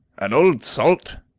an old salt,